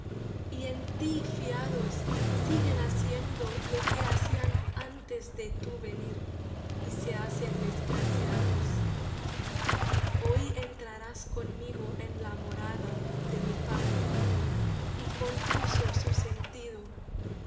y en ti fiados siguen haciendo lo que hacían antes de tú venir y se hacen desgraciados hoy entrarás conmigo en la morada de mi padre y confuso su sentido